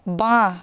বাঁ